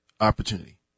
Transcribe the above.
opportunity